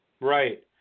Right